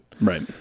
Right